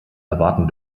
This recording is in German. erwarten